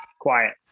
quiet